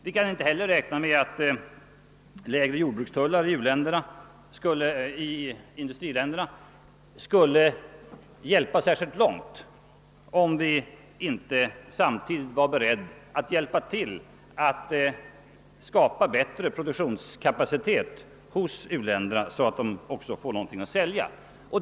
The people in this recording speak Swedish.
Vi kan inte heller räkna med att lägre jordbrukstullar i industriländerna skulle hjälpa särskilt långt, om vi inte sam tidigt är beredda att medverka till att skapa bättre produktionskapacitet i uländerna, så att man där också får någonting att sälja.